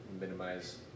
minimize